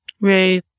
Right